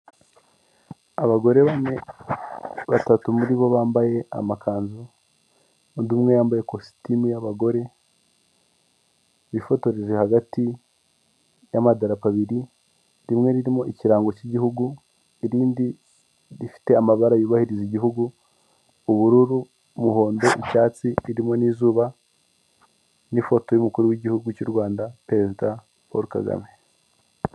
Abagore bane batatu muri bo bambaye amakanzu undi umwe yambaye ikositimu y'abagore bifotoreje hagati y'amadarako abiri rimwe ririmo ikirango cy'igihugu irindi rifite amabara yubahiriza igihugu ubururu, umuhondo, icyatsi ririmo n'izuba n'ifoto y'umukuru w'igihugu cy'u Rwanda perezida Paul Kagame.